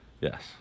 Yes